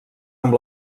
amb